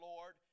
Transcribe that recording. Lord